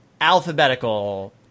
Alphabetical